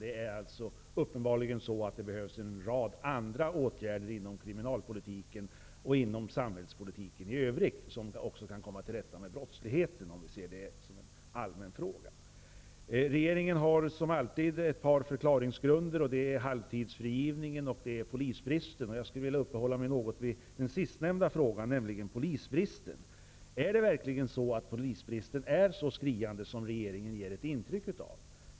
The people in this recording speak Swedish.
Det är uppenbarligen så att det behövs en rad andra åtgärder inom kriminalpolitiken och även inom samhällspolitiken i övrigt för att komma till rätta med brottsligheten. Regeringen har som alltid ett par förklaringsgrunder, nämligen halvtidsfrigivningen och polisbristen. Jag skulle vilja uppehålla mig vid den sistnämnda frågan, dvs. polisbristen. Är polisbristen verkligen så skriande som regeringen ger intryck av?